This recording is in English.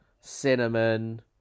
cinnamon